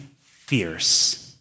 Fierce